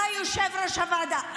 אתה יושב-ראש הוועדה.